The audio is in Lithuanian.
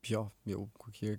jo jau kokie